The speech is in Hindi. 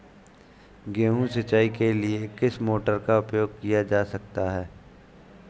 गेहूँ सिंचाई के लिए किस मोटर का उपयोग किया जा सकता है?